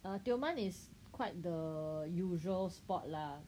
err Tioman is quite the usual spot lah